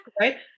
Right